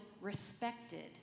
respected